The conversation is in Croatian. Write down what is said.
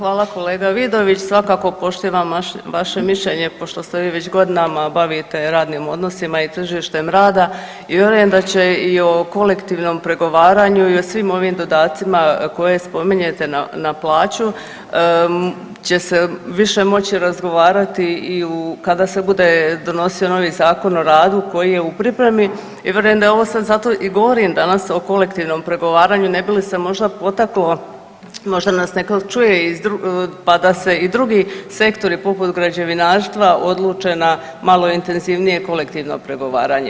Hvala kolega Vidović, svakako poštivam vaše mišljenje pošto se vi već godinama bavite radnim odnosima i tržištem rada i vjerujem da će i o kolektivnom pregovaranju i o svim ovim dodacima koje spominjete na plaću će se više moći razgovarati i u, kada se bude donosio novi Zakon o radu koji je u pripremi i vjerujem da je ovo sad zato i govorim danas o kolektivnom pregovaranju ne bi li se možda potaklo, možda nas netko čuje iz drugih, pa da se i drugi sektori poput građevinarstva odluče na malo intenzivnije kolektivno pregovaranje.